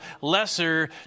lesser